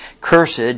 cursed